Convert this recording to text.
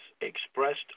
expressed